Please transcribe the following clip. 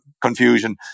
confusion